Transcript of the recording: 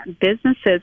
businesses